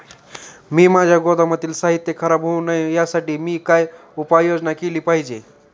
माझ्या गोदामातील साहित्य खराब होऊ नये यासाठी मी काय उपाय योजना केली पाहिजे?